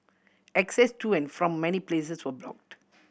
access to and from many places were blocked